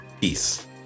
peace